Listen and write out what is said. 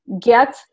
get